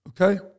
Okay